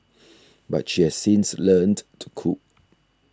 but she has since learnt to cope